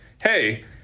hey